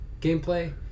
gameplay